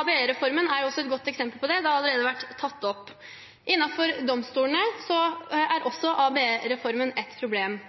ABE-reformen er et godt eksempel på det, og det har allerede vært tatt opp. Innenfor domstolene er også ABE-reformen et problem.